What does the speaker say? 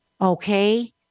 okay